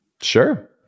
Sure